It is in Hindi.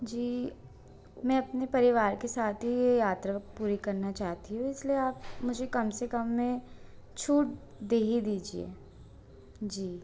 जी मैं अपने परिवार के साथ ही ये यात्रा पूरी करना चाहती हूँ इसलिए आप मुझे कम से कम में छूट दे ही दीजिए जी